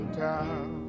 town